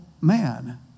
man